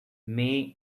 may